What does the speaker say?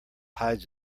hides